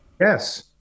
Yes